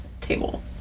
table